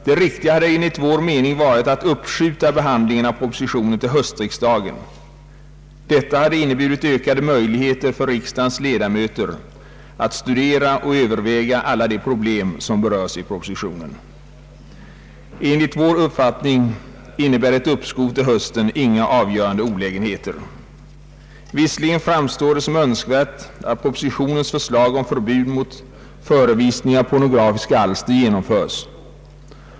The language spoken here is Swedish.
Det riktiga hade enligt vår mening varit att uppskjuta behandlingen av propositionen till höstriksdagen. Detta hade inneburit ökade möjligheter för riksdagens ledamöter att studera och överväga alla de problem som berörs i propositionen. Enligt vår uppfattning innebär ett uppskov till hösten inga avgörande olägenheter. Visserligen framstår det som önskvärt att propositionens förslag om förbud mot förevisning av pornografiska alster genomförs.